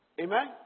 Amen